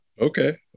Okay